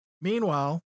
Meanwhile